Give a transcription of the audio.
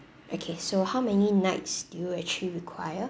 okay so how many nights do you actually require